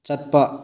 ꯆꯠꯄ